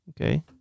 Okay